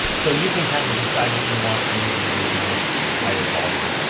so you can kind of decide what you want. i usually leave my higher volume.